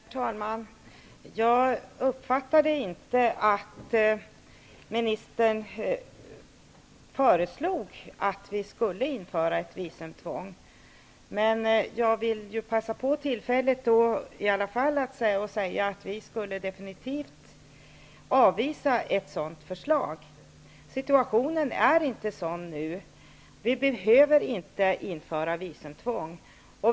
Herr talman! Jag uppfattade inte att ministern föreslog att vi skulle införa visumtvång. Men jag vill passa på att säga att vi absolut skulle avvisa ett sådant förslag. Situationen är inte sådan nu att vi behöver införa visumtvång.